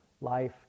life